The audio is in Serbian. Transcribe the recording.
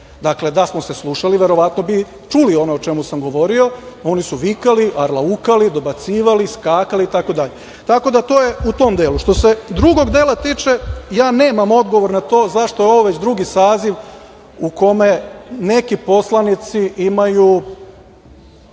Dakle, da smo se slušali verovatno bi čuli ono o čemu sam govorio, oni su vikali, arlaukali, dobacivali, skakali, itd. Tako da je to u dom delu. Što se drugog dela tiče ja nemam odgovor na to zašto je ovo već drugi saziv u kome nema poslanici imaju,